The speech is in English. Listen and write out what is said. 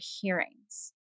hearings